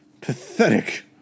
Pathetic